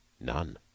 None